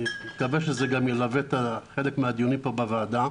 אני מקווה שזה גם ילווה חלק מהדיונים פה בוועדה.